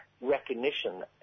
recognition